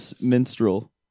minstrel